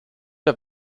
der